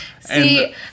See